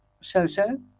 So-so